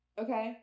okay